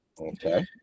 okay